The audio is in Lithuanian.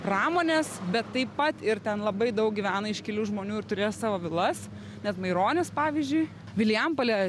pramonės bet taip pat ir ten labai daug gyvena iškilių žmonių ir turėjo savo vilas net maironis pavyzdžiui vilijampolė